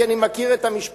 כי אני מכיר את המשפחה.